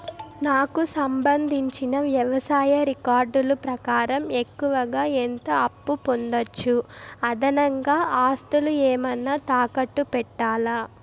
నాకు సంబంధించిన వ్యవసాయ రికార్డులు ప్రకారం ఎక్కువగా ఎంత అప్పు పొందొచ్చు, అదనంగా ఆస్తులు ఏమన్నా తాకట్టు పెట్టాలా?